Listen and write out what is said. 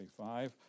25